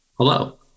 Hello